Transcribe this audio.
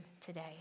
today